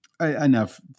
enough